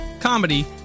comedy